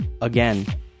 again